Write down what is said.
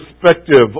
perspective